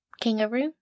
Kangaroo